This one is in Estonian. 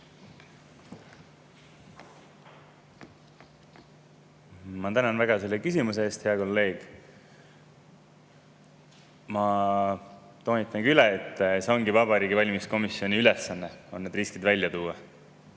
Ma tänan väga selle küsimuse eest, hea kolleeg. Ma toonitan üle, et see ongi Vabariigi Valimiskomisjoni ülesanne, need riskid välja tuua.